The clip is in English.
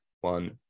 one